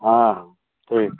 हाँ ठीक